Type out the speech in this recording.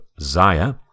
Zaya